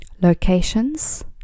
Locations